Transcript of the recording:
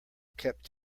kept